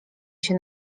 się